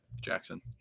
Jackson